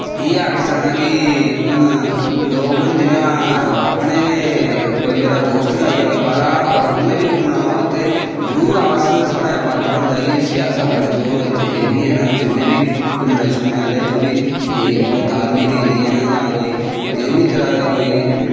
इयै आक्खी सकना कि हून लोग न जियां अगर कोई दोस्त गै आई जा मेरा बाह्रा दा उन्नै बी घूमना होई इत्थें जरूर साढ़ा फर्ज बनदा कि जो अस उसी एरिये न जिन्ने बी घूमने शूमने आह्ले जो बी ठीक कोई धार्मिक एरिये न जां कोई बी तरांह् दे